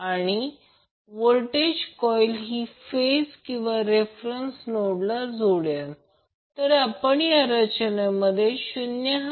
तर हे √ 3 VL IL cos असेल कारण हे समीकरण 3 आहे जे काही आपण गणितीय पद्धतीने वॅटमीटर काढले आहे ते तेच रीडिंग घेत आहे